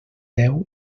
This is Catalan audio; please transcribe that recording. deu